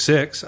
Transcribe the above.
Six